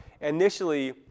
initially